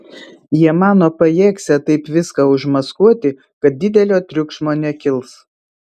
jie mano pajėgsią taip viską užmaskuoti kad didelio triukšmo nekils